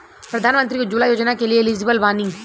प्रधानमंत्री उज्जवला योजना के लिए एलिजिबल बानी?